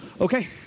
okay